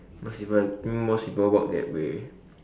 most people most people work that way